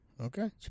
Okay